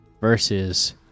versus